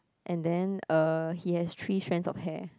and then uh he has three strands of hair